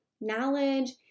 knowledge